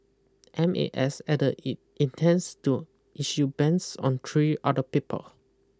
M A S added it intends to issue bans on three other people